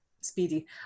Speedy